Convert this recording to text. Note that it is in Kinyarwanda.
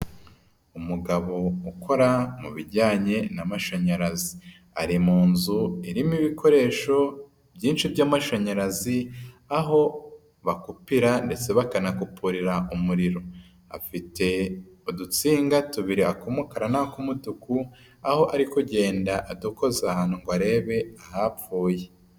Umugabo ukora mu bijyanye n'amashanyarazi. Ari mu nzu irimo ibikoresho byinshi by'amashanyarazi, aho bakupira ndetse bakanakupurira umuriro. Afite udutsinga tubiri ak'umukara n'ak'umutuku, aho ari kugenda adukoza ahantu agira ngo arebe ahapfuye.